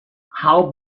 how